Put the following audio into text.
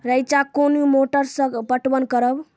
रेचा कोनी मोटर सऽ पटवन करव?